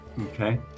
Okay